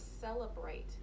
celebrate